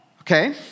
Okay